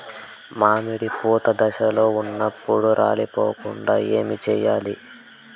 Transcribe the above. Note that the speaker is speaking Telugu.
మామిడి పూత దశలో ఉన్నప్పుడు రాలిపోకుండ ఏమిచేయాల్ల?